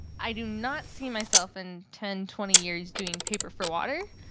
i do not see myself in ten, twenty years doing paper for water,